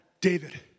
David